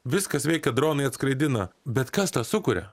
viskas veikia dronai atskraidina bet kas tą sukuria